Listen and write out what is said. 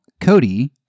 Cody